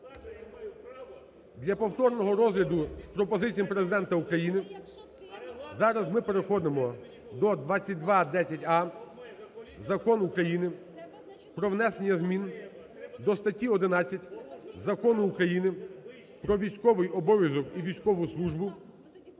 для повторного розгляду з пропозиціями Президента України. Зараз ми переходимо до 2210а: Закон України "Про внесення змін до статті 11 Закону України "Про військовий обов'язок і військову службу"